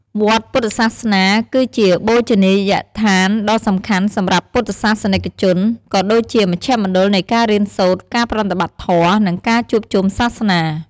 វត្តពុទ្ធសាសនា គឺជាបូជនីយដ្ឋានដ៏សំខាន់សម្រាប់ពុទ្ធសាសនិកជន ក៏ដូចជាជាមជ្ឈមណ្ឌលនៃការរៀនសូត្រ ការប្រតិបត្តិធម៌ និងការជួបជុំសាសនា។